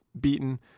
beaten